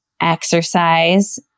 exercise